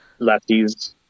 lefties